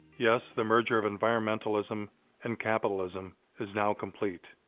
yes, the merger of environmentalism and capitalism is now complete.